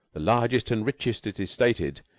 the largest and richest, it is stated,